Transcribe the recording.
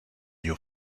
you